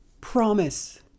Promise